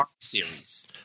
series